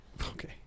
Okay